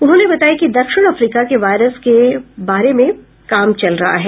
उन्होंने बताया कि दक्षिण अफ्रीका के वायरस के बारे में काम चल रहा है